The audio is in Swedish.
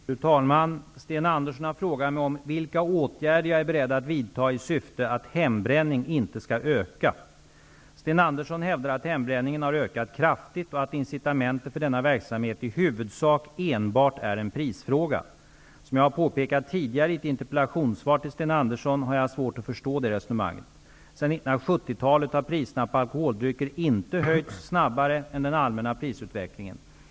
Fru talman! Sten Andersson i Malmö har frågat mig om vilka åtgärder jag är beredd att vidta i syfte att hembränning inte skall öka. Sten Andersson hävdar att hembränningen har ökat kraftigt och att incitamentet för denna verksamhet i huvudsak enbart är en prisfråga. Som jag har påpekat tidigare i ett interpellationssvar till Sten Andersson har jag svårt att förstå det resonemanget. Sedan 1970-talet har alkoholdryckernas prisutveckling inte gått snabbare än den allmänna prisutvecklingen.